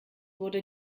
wurde